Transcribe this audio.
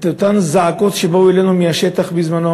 את אותן זעקות שבאו אלינו מהשטח בזמנו